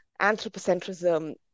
anthropocentrism